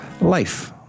Life